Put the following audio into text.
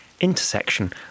intersection